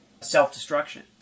self-destruction